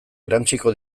erantsiko